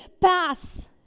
pass